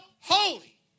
holy